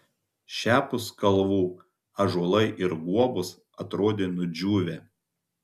šiapus kalvų ąžuolai ir guobos atrodė nudžiūvę